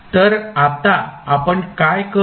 तर आता आपण काय करू